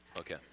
Okay